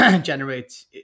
generates